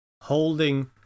holding